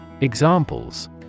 Examples